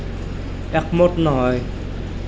একমত নহয়